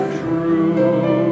true